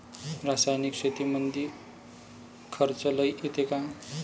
रासायनिक शेतीमंदी खर्च लई येतो का?